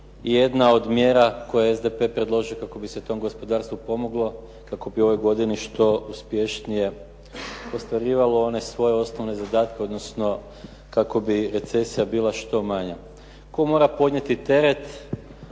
jedna od mjera koje je SDP predložio kako bi se tom gospodarstvu pomoglo, kako bi u ovoj godini što uspješnije ostvarivalo one svoje osnovne zadatke odnosno kako bi recesija bila što manja. Tko mora podnijeti teret